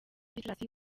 gicurasi